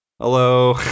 hello